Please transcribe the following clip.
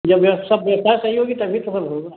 जब व्यवस् सब व्यवस्था सही होगी तभी तो सब होगा